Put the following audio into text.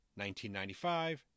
1995